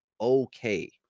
okay